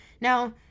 Now